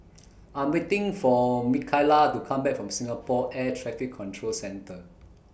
I'm waiting For Mikaila to Come Back from Singapore Air Traffic Control Centre